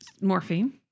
Morphine